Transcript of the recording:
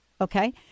Okay